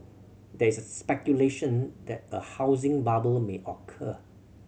there is speculation that a housing bubble may occur